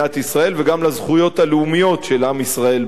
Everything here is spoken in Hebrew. וגם לזכויות הלאומיות של עם ישראל בארצו.